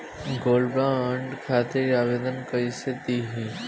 Gold bond खातिर आवेदन कैसे दिही?